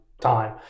time